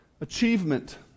Achievement